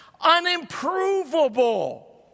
unimprovable